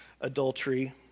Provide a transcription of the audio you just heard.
adultery